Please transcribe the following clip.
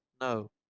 no